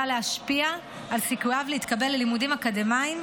להשפיע על סיכוייו להתקבל ללימודים אקדמיים,